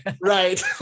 Right